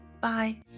Bye